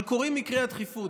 אבל קורים מקרי הדחיפות,